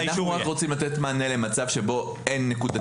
אנחנו רוצים לתת מענה למצב שבו אין נקודתית אישור.